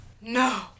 No